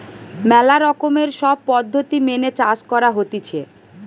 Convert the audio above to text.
ম্যালা রকমের সব পদ্ধতি মেনে চাষ করা হতিছে